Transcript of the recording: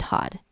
Todd